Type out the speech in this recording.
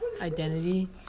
identity